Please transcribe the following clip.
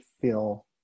feel